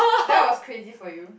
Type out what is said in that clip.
that was crazy for you